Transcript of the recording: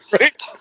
right